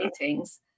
meetings